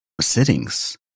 sittings